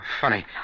funny